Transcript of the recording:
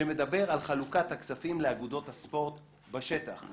שמדבר על חלוקת הכספים לאגודות הספורט בשטח,